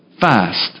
fast